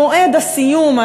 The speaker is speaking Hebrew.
ומועד הסיום,